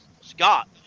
Scott